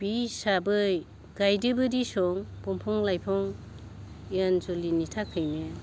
बे हिसाबै गायदोंबो दि सम दंफां लाइफां होन जुलिनि थाखायनो